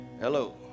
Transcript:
Hello